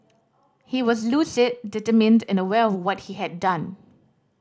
he was lucid determined and aware of what he had done